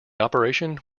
operation